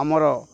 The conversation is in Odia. ଆମର